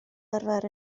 arfer